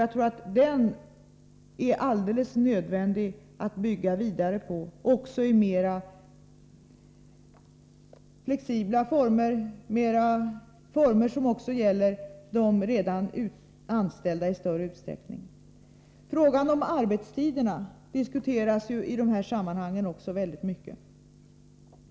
Jag tror att det är helt nödvändigt att bygga vidare på denna utbildning — även i mera flexibla former, så att utbildningen i större utsträckning omfattar redan anställda. Frågan om arbetstiderna diskuteras också i dessa sammanhang mycket ingående.